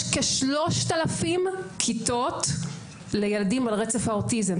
יש כ-3,000 כיתות לילדים על רצף האוטיזם.